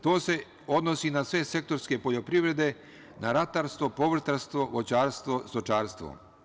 To se odnosi na sve sektorske poljoprivrede, na ratarstvo, povrtarstvo, voćarstvo, stočarstvo.